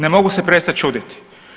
Ne mogu se prestat čuditi.